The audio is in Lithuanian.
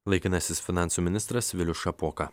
laikinasis finansų ministras vilius šapoka